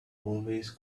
always